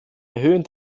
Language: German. erhöhen